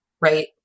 right